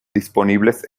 disponibles